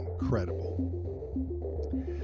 Incredible